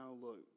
look